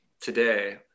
today